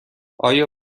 آیا